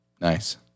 Nice